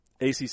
ACC